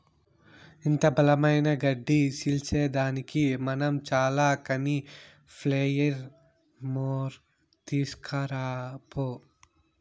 ఇంత బలమైన గడ్డి సీల్సేదానికి మనం చాల కానీ ప్లెయిర్ మోర్ తీస్కరా పో